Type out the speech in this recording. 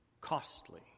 costly